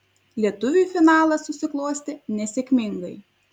lietuviui finalas susiklostė nesėkmingai